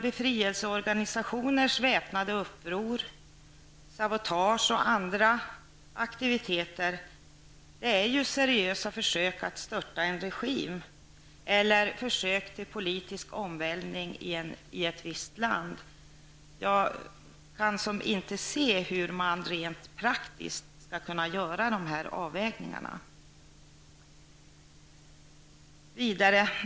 Befrielseorganisationers väpnade uppror, sabotage och andra aktiviteter är ju seriösa försök att störta en regim eller försök till politisk omvälvning i ett visst land. Jag kan inte se hur man rent praktiskt skall kunna göra dessa avvägningar.